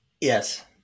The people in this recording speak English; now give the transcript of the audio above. Yes